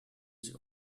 sie